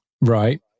right